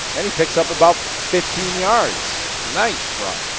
and he picks up about fifteen yards. nice run.